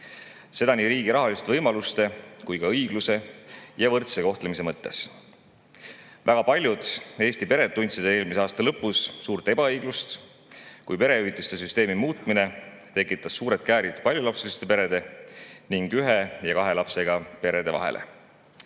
Seda nii riigi rahaliste võimaluste kui ka õigluse ja võrdse kohtlemise mõttes. Väga paljud Eesti pered tundsid eelmise aasta lõpus suurt ebaõiglust, kui perehüvitiste süsteemi muutmine tekitas suured käärid paljulapseliste perede ning ühe ja kahe lapsega perede vahele.